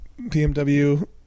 BMW